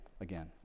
Again